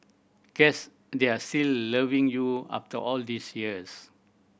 guess they are still loving you after all these years